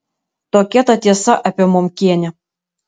tokia ta tiesa apie momkienę